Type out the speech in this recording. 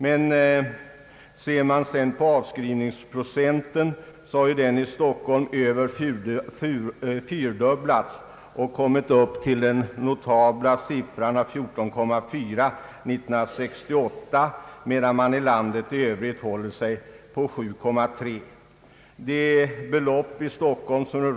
Men ser man på avskrivningsprocenten så har denna i Stock holm mer än tiodubblats och kommit upp till den notabla siffran av 14,4 procent 1968 medan landet i övrigt håller sig på 7,3 procent.